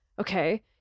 Okay